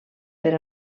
per